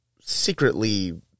secretly